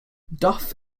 duff